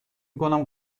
میکنم